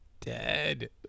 dead